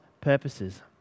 purposes